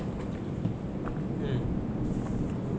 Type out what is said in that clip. mm